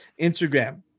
instagram